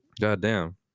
Goddamn